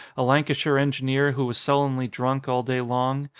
a lancashire engineer who was sullenly drunk all day long,